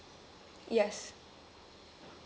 yes